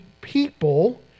people